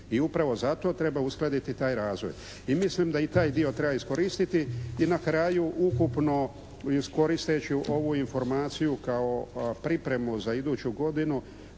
I upravo zato treba uskladiti taj razvoj. I mislim da i taj dio treba iskoristiti. I na kraju, ukupno, koristeći ovu informaciju kao pripremu za iduću godinu